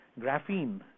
Graphene